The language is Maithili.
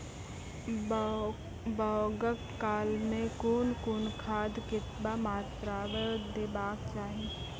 बौगक काल मे कून कून खाद केतबा मात्राम देबाक चाही?